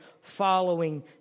following